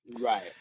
right